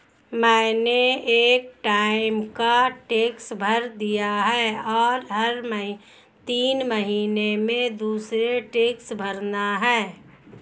मैंने एक टाइम का टैक्स भर दिया है, और हर तीन महीने में दूसरे टैक्स भरना है